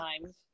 times